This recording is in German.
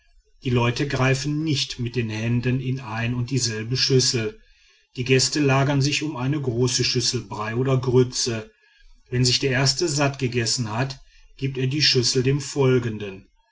die leute greifen nicht mit den händen in eine und dieselbe schüssel die gäste lagern sich um eine große schüssel brei oder grütze wenn sich der erste satt gegessen hat gibt er die schüssel dem folgenden